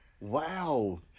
Wow